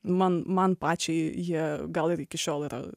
man man pačiai jie gal ir iki šiol yra